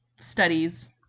studies